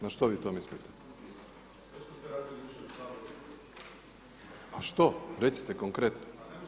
Na što vi to mislite? … [[Upadica se ne čuje.]] A što, recite konkretno?